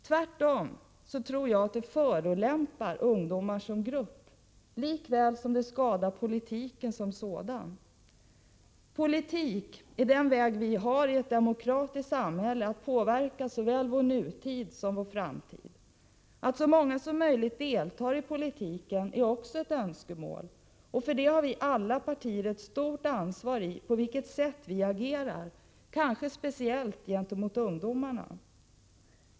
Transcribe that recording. Tvärtom tror jag att det förolämpar ungdomar som grupp, likaväl som det skadar politiken som sådan. Politik är den väg vi i ett demokratiskt samhälle har att påverka såväl vår nutid som vår framtid. Att så många som möjligt deltar i politiken är också ett önskemål, och för det har alla partier ett stort ansvar. Det är då viktigt på vilket sätt vi agerar, kanske speciellt gentemot ungdomarna.